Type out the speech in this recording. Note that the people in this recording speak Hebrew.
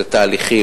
אלה תהליכים,